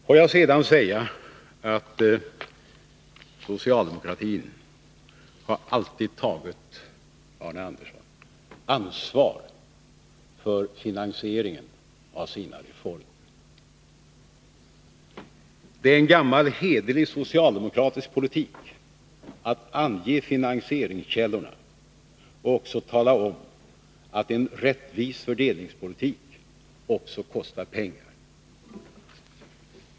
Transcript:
Får jag sedan säga till Arne Andersson i Gustafs att socialdemokratin alltid har tagit ansvar för finansieringen av sina reformer. Det är en gammal hederlig socialdemokratisk politik att ange finansieringskällorna och tala om att en rättvis fördelningspolitik också kostar pengar.